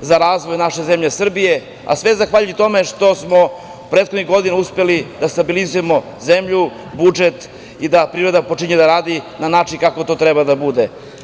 za razvoj naše zemlje Srbije, a sve zahvaljujući tome što smo prethodnih godina uspeli da stabilizujemo zemlju, budžet i da privreda počinje da radi na način kako to treba da bude.